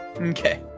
Okay